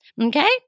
Okay